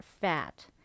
fat